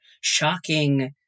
shocking